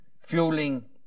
fueling